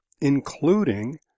including